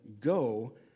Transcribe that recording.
Go